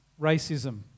racism